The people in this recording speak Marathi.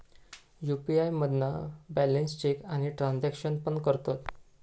यी.पी.आय मधना बॅलेंस चेक आणि ट्रांसॅक्शन पण करतत